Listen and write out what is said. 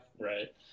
Right